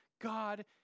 God